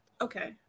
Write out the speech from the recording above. Okay